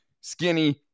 skinny